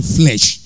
flesh